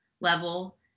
level